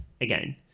again